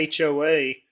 HOA